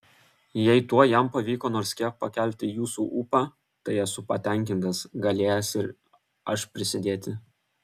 jei tuo jam pavyko nors kiek pakelti jūsų ūpą tai esu patenkintas galėjęs ir aš prisidėti